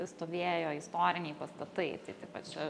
stovėjo istoriniai pastatai tai taip pat čia